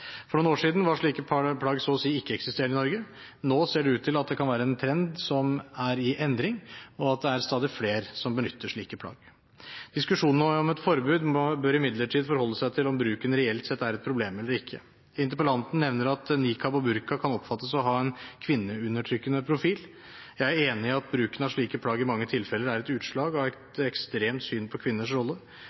For noen år siden var slike plagg så å si ikke-eksisterende i Norge. Nå ser det ut til at det kan være en trend som er i endring, og at det er stadig flere som benytter slike plagg. Diskusjonen om et forbud bør imidlertid forholde seg til om bruken reelt sett er et problem eller ikke. Interpellanten nevner at niqab og burka kan oppfattes å ha en kvinneundertrykkende profil. Jeg er enig i at bruken av slike plagg i mange tilfeller er et utslag av et ekstremt syn på kvinners rolle.